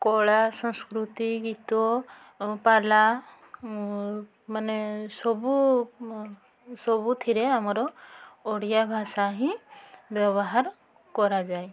କଳା ସଂସ୍କୃତି ଗୀତ ପାଲା ମାନେ ସବୁ ସବୁଥିରେ ଆମର ଓଡ଼ିଆ ଭାଷା ହିଁ ବ୍ୟବହାର କରାଯାଏ